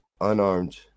unarmed